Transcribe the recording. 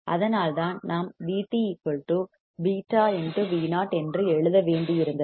அதனால்தான் நாம் VtβVo என்று எழுத வேண்டியிருந்தது